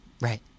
Right